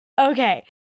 Okay